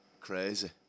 crazy